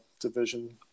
division